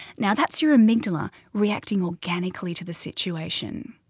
now that's your amygdala reacting organically to the situation.